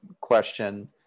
question